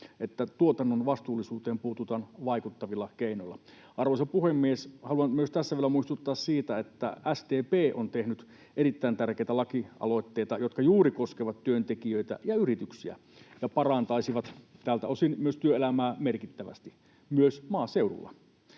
että tuotannon vastuullisuuteen puututaan vaikuttavilla keinoilla. Arvoisa puhemies! Haluan myös tässä vielä muistuttaa siitä, että SDP on tehnyt erittäin tärkeitä lakialoitteita, jotka koskevat juuri työntekijöitä ja yrityksiä ja parantaisivat tältä osin myös työelämää merkittävästi — myös maaseudulla.